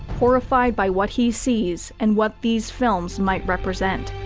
horrified by what he sees and what these films might represent.